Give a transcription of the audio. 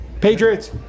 Patriots